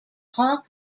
hawk